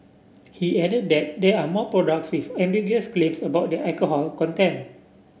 he added that there are more products with ambiguous claims about their alcohol content